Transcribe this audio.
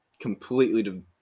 completely